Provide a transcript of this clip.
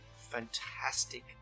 fantastic